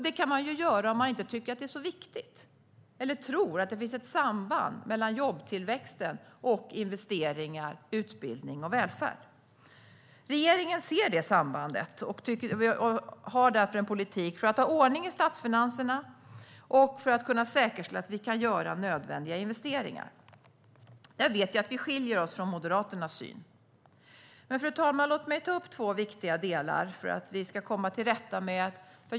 Det kan man göra om man inte tycker att det är så viktigt eller inte tror att det finns ett samband mellan jobbtillväxten och investeringar, utbildning och välfärd. Regeringen ser det sambandet och har därför en politik för att ha ordning i statsfinanserna och för att kunna säkerställa att vi kan göra nödvändiga investeringar. Jag vet att vår syn på det skiljer sig från Moderaternas. Fru talman!